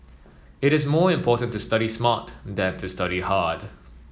it is more important to study smart than to study hard